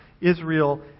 Israel